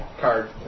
card